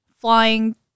flying